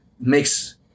makes